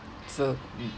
so